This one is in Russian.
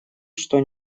что